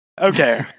Okay